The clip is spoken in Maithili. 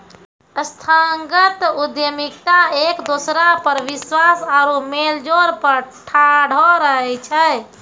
संस्थागत उद्यमिता एक दोसरा पर विश्वास आरु मेलजोल पर ठाढ़ो रहै छै